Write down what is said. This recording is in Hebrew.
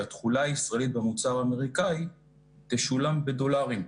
שהתכולה הישראלית במוצר האמריקאי תשולם בדולרים.